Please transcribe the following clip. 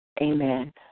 Amen